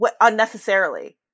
unnecessarily